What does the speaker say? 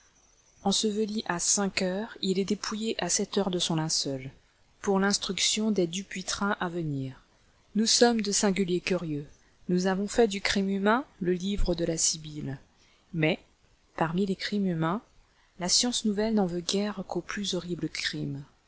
enseveli à cinq heures il est dépouillé à sept heures de son linceul pour l'instruction des dupuytren à venir nous sommes de singuliers curieux nous avons fait du crime humain le livre de la sibylle mais parmi les crimes humains la science nouvelle n'en veut guère qu'aux plus horribles crimes